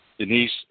Denise